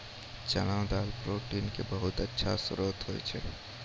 चना दाल प्रोटीन के बहुत अच्छा श्रोत होय छै